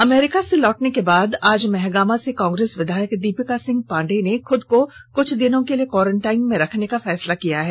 America से लौटने के बाद आज महगामा से कांग्रेस विधायक दीपिका सिंह पांडेय ने खुद को कुछ दिनों के लिए क्वारेंटाइन में रखने का फैसला किया है